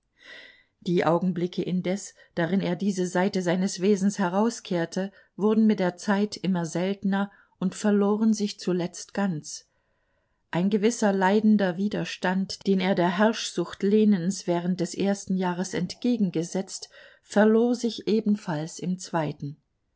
die augenblicke indes darin er diese seite seines wesens herauskehrte wurden mit der zeit immer seltener und verloren sich zuletzt ganz ein gewisser leidender widerstand den er der herrschsucht lenens während des ersten jahres entgegengesetzt verlor sich ebenfalls im zweiten